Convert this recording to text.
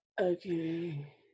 Okay